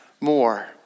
more